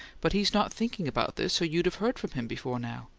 but he's not thinking about this, or you'd have heard from him before now.